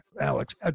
Alex